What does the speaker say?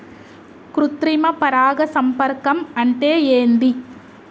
కృత్రిమ పరాగ సంపర్కం అంటే ఏంది?